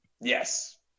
Yes